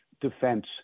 defense